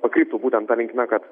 pakryptų būtent ta linkme kad